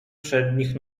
przednich